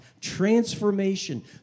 Transformation